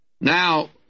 Now